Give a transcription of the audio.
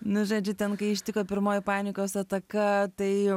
nu žodžiu ten kai ištiko pirmoji panikos ataka tai